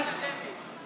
אנחנו חושבים שעברת את זה.